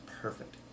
perfect